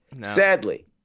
Sadly